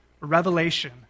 revelation